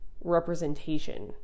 representation